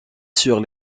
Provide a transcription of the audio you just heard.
sur